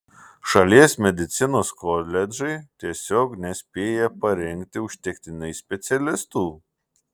šalies medicinos koledžai tiesiog nespėja parengti užtektinai specialistų